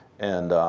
and